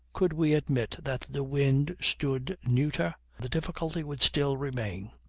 could we admit that the wind stood neuter, the difficulty would still remain.